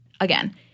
again